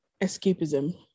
escapism